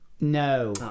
No